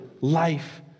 life